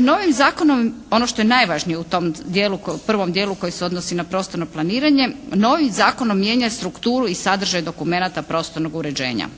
Novim zakonom ono što je najvažnije u tom dijelu, prvom dijelu koji se odnosi na prostorno planiranje novim zakonom mijenja strukturu i sadržaj dokumenata prostornog uređenja.